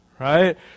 Right